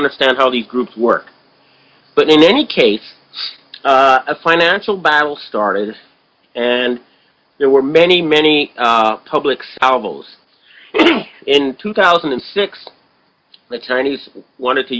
understand how these groups work but in any case a financial battle started and there were many many publics our bills in two thousand and six the chinese wanted to